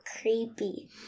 creepy